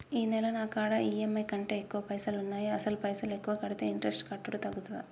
ఈ నెల నా కాడా ఈ.ఎమ్.ఐ కంటే ఎక్కువ పైసల్ ఉన్నాయి అసలు పైసల్ ఎక్కువ కడితే ఇంట్రెస్ట్ కట్టుడు తగ్గుతదా?